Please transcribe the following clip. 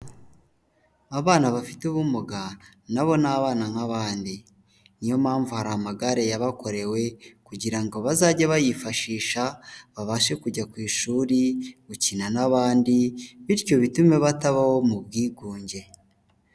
Abana bafite ubumuga na bo ni abana nk'abandi! Niyo mpamvu hari amagare yabakorewe kugira ngo bazajye bayifashisha babashe kujya ku ishuri gukina n'abandi bityo bitume batabaho mu bwigunge.